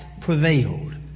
prevailed